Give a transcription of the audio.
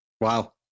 Wow